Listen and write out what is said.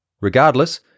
Regardless